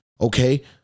Okay